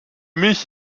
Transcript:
mich